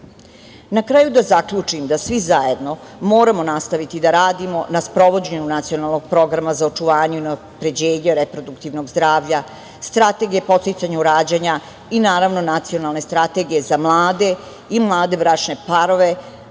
kraju da zaključim da svi zajedno moramo nastaviti da radimo na sprovođenju Nacionalnog programa za očuvanje i unapređenje reproduktivnog zdravlja, Strategije podsticanja rađanja i, naravno, Nacionalne strategije za mlade i mlade bračne parove